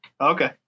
Okay